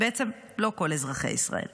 בעצם לא כל אזרחי ישראל.